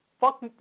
Fuck